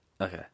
okay